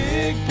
Big